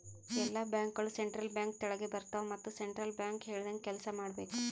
ಎಲ್ಲಾ ಬ್ಯಾಂಕ್ಗೋಳು central bank ತೆಳಗೆ ಬರ್ತಾವ ಮತ್ ಸೆಂಟ್ರಲ್ ಬ್ಯಾಂಕ್ ಹೇಳ್ದಂಗೆ ಕೆಲ್ಸಾ ಮಾಡ್ಬೇಕ್